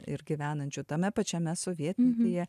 ir gyvenančių tame pačiame sovietmetyje